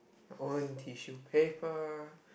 own tissue paper